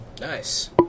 Nice